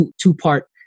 two-part